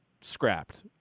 scrapped